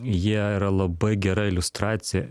jie yra labai gera iliustracija